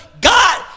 God